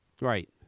right